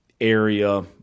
area